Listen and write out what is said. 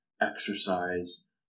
exercise